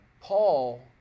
Paul